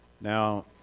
now